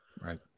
right